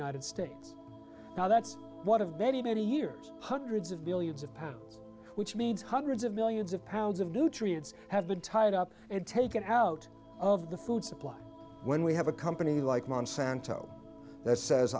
united states now that's one of many many years hundreds of billions of pounds which means hundreds of millions of pounds of nutrients have been tied up and take it out of the food supply when we have a company like monsanto that says